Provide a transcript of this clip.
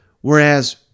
Whereas